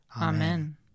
Amen